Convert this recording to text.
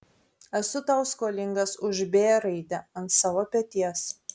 esu tau skolingas už b raidę ant savo peties